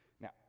Now